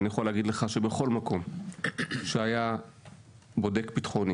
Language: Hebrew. ואני יכול להגיד לך שבכל מקום שבו היה בודק ביטחוני